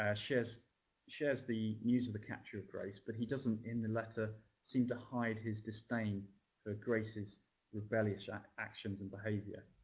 ah shares shares the news of the capture of grace. but he doesn't, in the letter, seem to hide his disdain of grace's rebellious ah actions and behaviour.